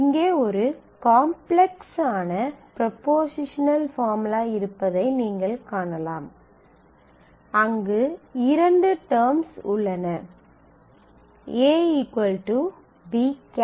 இங்கே ஒரு காம்ப்ளெக்ஸான ப்ரொபொசிஷனல் பார்முலா இருப்பதை நீங்கள் காணலாம் அங்கு இரண்டு டெர்ம்ஸ் உள்ளன a b d 5